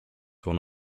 one